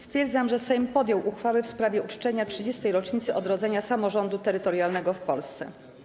Stwierdzam, że Sejm podjął uchwałę w sprawie uczczenia 30. rocznicy odrodzenia samorządu terytorialnego w Polsce.